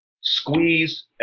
squeeze